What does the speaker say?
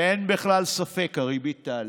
ואין בכלל ספק: הריבית תעלה.